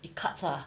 it cuts ah